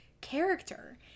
character